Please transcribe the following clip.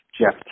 Jeff